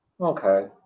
Okay